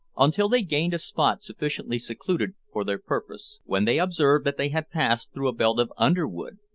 until they gained a spot sufficiently secluded for their purpose, when they observed that they had passed through a belt of underwood,